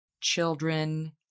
children